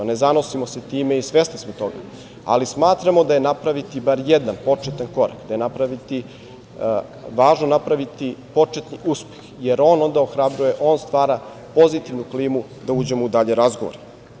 Ne zanosimo se time i svesni smo toga, ali smatramo da je napraviti bar jedan početan korak, da je važno napraviti početni uspeh, jer onda ohrabruje, on stvara pozitivnu klimu da uđemo u dalje razgovore.